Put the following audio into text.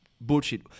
bullshit